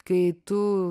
kai tu